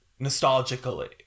nostalgically